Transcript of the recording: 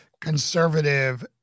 conservative